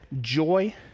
joy